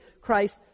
Christ